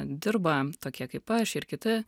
dirba tokie kaip aš ir kiti